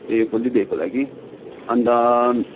ए फुल्ली डेको लागि अन्त